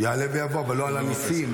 "יעלה ויבוא", אבל לא "על הניסים".